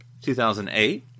2008